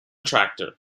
tractor